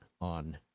on